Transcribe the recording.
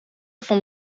van